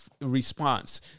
response